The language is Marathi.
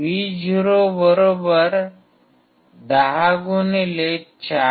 Vo 10 20V